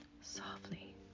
softly